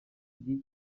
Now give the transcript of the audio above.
iri